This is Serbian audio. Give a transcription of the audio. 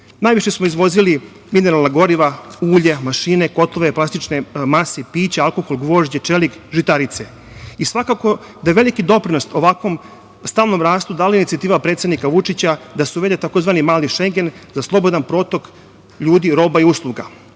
Najviše smo izvozili mineralna goriva, ulja, mašine, kotlove, plastične mase, pića, alkohol, gvožđe, čelik, žitarice. Svakako da je veliki doprinos ovakvom stalnom rastu dala inicijativa predsednika Vučića da se uvede tzv. Mali Šengen za slobodan protok ljudi, roba i usluga. Poplave